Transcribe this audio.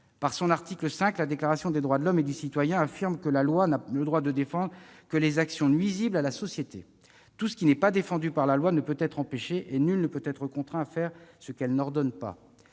Par son article V, la Déclaration des droits de l'homme et du citoyen affirme :« La loi n'a le droit de défendre que les actions nuisibles à la société. Tout ce qui n'est pas défendu par la loi ne peut être empêché, et nul ne peut être contraint à faire ce qu'elle n'ordonne pas.